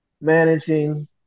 Managing